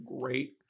great